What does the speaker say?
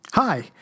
Hi